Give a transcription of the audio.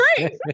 great